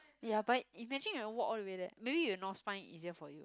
ya but imagine you have to walk all the way there maybe you North Spine easier for you